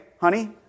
honey